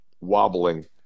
wobbling